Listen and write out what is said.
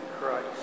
Christ